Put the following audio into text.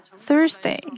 Thursday